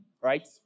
right